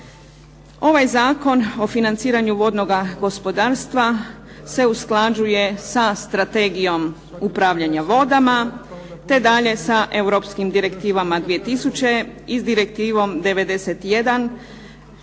Ovaj Zakon o financiranju vodnoga gospodarstva se usklađuje sa Strategijom upravljanja vodama te dalje sa Europskim direktivama 2000 i s direktivom 91.